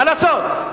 מה לעשות,